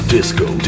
Disco